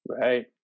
Right